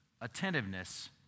attentiveness